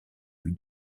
from